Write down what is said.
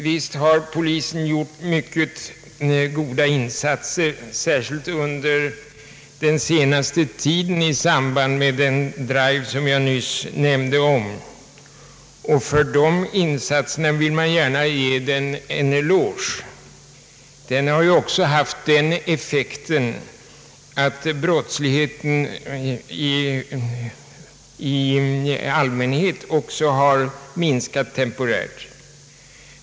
Visst har polisen gjort mycket goda insatser, särskilt under den senaste tiden i samband med den drive som jag omnämnt, och för de insatserna vill man gärna ge polisen en eloge. Det har ju också haft den effekten att brottsligheten i allmänhet har minskat temporärt.